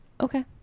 Okay